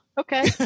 Okay